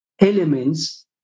elements